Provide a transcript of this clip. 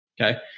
Okay